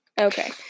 Okay